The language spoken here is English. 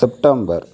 September